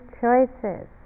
choices